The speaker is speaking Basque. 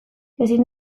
ezin